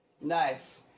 Nice